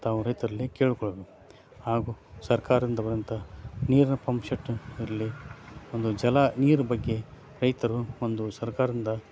ತಾವು ರೈತರಲ್ಲಿ ಕೇಳ್ಕೊಳ್ಬೇಕು ಹಾಗೂ ಸರ್ಕಾರದಿಂದ ಬರುವಂಥ ನೀರಿನ ಪಂಪ್ ಶೆಟ್ ಇರಲಿ ಒಂದು ಜಲ ನೀರು ಬಗ್ಗೆ ರೈತರು ಒಂದು ಸರ್ಕಾರದಿಂದ